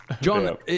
John